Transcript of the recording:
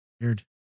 Weird